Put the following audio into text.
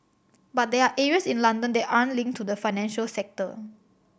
but there are areas in London that aren't linked to the financial sector